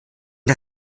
der